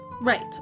Right